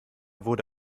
wurde